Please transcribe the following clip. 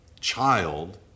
child